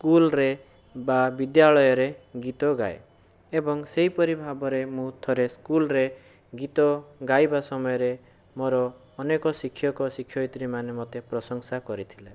ସ୍କୁଲରେ ବା ବିଦ୍ୟାଳୟରେ ଗୀତ ଗାଏ ଏବଂ ସେହିପରି ଭାବରେ ମୁଁ ଥରେ ସ୍କୁଲରେ ଗୀତ ଗାଇବା ସମୟରେ ମୋର ଅନେକ ଶିକ୍ଷକ ଶିକ୍ଷୟିତ୍ରୀମାନେ ମୋତେ ପ୍ରଶଂସା କରିଥିଲେ